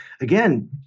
again